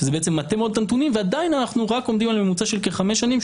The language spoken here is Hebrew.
שזה מטה מאוד את הנתונים עדיין אנחנו רק עומדים על ממוצע של כ-5 שנים,